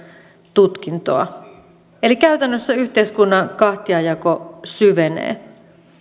tutkintoa eli käytännössä yhteiskunnan kahtiajako syvenee